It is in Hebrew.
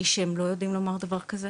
היא שהם לא יודעים לומר דבר כזה.